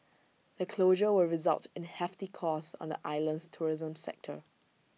the closure will result in hefty costs on the island's tourism sector